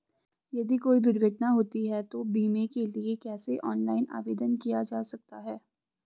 यदि कोई दुर्घटना होती है तो बीमे के लिए कैसे ऑनलाइन आवेदन किया जा सकता है?